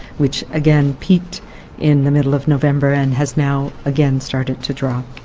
which again peaked in the middle of november and has now again started to drop.